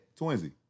Twinsy